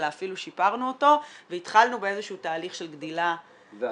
אלא אפילו שיפרנו אותו והתחלנו באיזשהו תהליך של גדילה וכו'.